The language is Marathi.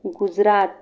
गुजरात